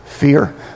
Fear